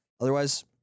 Otherwise